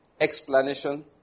explanation